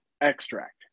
extract